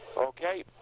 Okay